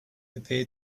appeared